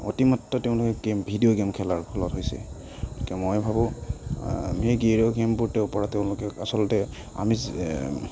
অতিমাত্ৰা তেওঁলোকে game video game খেলাৰ ফলত হৈছে এতিয়া মই ভাবোঁ এই ভিডিঅ' গেমবোৰৰপৰা তেওঁলোকক আচলতে আমি